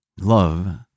love